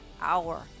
hour